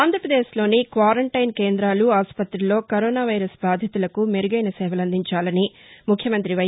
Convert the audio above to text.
ఆంధ్రప్రదేశ్లోని క్వారంబైస్ కేంద్రాలు ఆస్పత్తుల్లో కరోనా వైరస్ బాధితులకు మెరుగైన సేవలు అందించాలని ముఖ్యమంత్రి వై